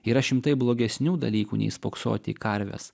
yra šimtai blogesnių dalykų nei spoksoti į karves